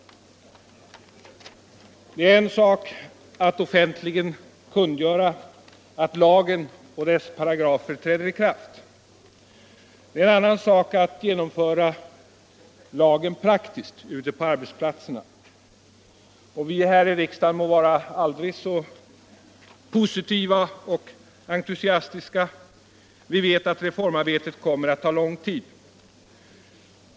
Det är en sak att offentligen kungöra att lagen och dess paragrafer träder i kraft. Det är en annan sak att genomföra lagen praktiskt ute på arbetsplatserna. Vi här i riksdagen må vara aldrig så positiva och entusiastiska. Vi vet att reformarbetet kommer att ta lång tid.